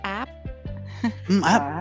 app